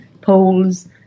polls